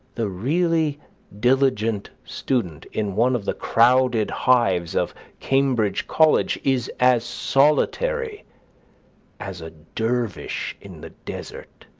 the really diligent student in one of the crowded hives of cambridge college is as solitary as a dervish in the desert.